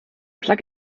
plug